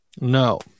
No